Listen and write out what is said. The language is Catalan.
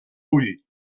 ull